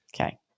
Okay